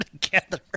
together